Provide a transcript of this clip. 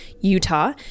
Utah